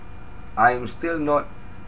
I'm still not